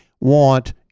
want